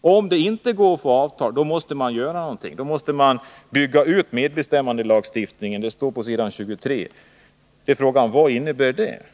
om det inte går att få till stånd avtal måste man bygga ut medbestämmandelagstiftningen. Frågan är då: Vad innebär det?